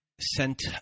sent